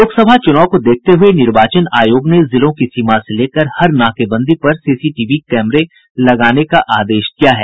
लोकसभा चुनाव को देखते हुए निर्वाचन आयोग ने जिलों की सीमा से लेकर हर नाकेबंदी पर सीसीटीवी कैमरा लगाने का आदेश दिया है